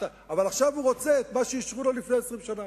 אבל עכשיו הוא רוצה את מה שאישרו לו לפני 20 שנה.